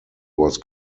was